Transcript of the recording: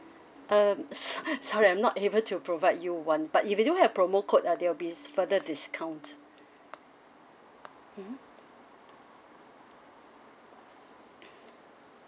uh s~ sorry I'm not able to provide you one but if you have promo code uh there will be further discount mmhmm